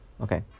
Okay